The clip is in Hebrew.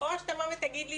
או שתבוא ותגיד לי,